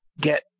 get